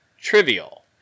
trivial